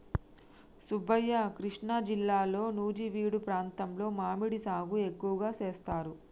సుబ్బయ్య కృష్ణా జిల్లాలో నుజివీడు ప్రాంతంలో మామిడి సాగు ఎక్కువగా సేస్తారు